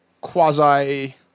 quasi